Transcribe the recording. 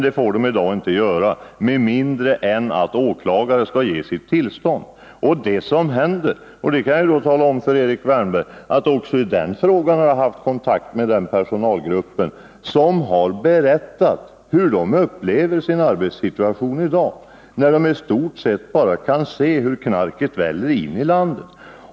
Det får personalen inte göra i dag med mindre än att en åklagare har gett tillstånd. Jag kan tala om för Erik Wärnberg att jag också i den här frågan har haft kontakt med den aktuella personalgruppen, som har berättat hur man upplever sin arbetssituation i dag, när den i stort sett bara måste se hur knarket väller in i landet.